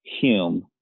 Hume